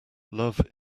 love